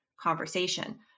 conversation